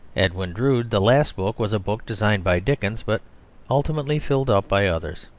edwin drood, the last book, was a book designed by dickens, but ultimately filled up by others.